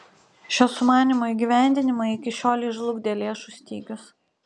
šio sumanymo įgyvendinimą iki šiolei žlugdė lėšų stygius